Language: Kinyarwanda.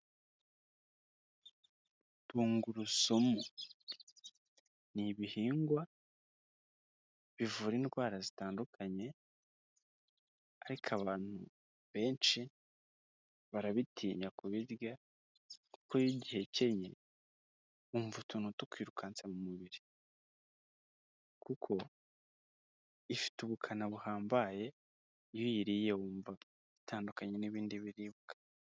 Tungurusumu, ni ibihingwa bivura indwara zitandukanye ariko abantu benshi barabitinya kubirya kuko iyo ugihekenye, wumva utuntu tukwirukanse mu mubiri kuko ifite ubukana buhambaye, iyo uyiriye wumva itandukanye n'ibindi biribwa.